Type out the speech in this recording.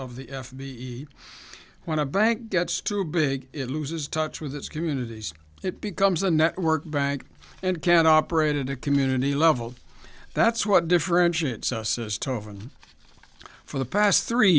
of the f b when a bank gets too big it loses touch with its communities it becomes a network bank and can operate at a community level that's what differentiates us is tovan for the past three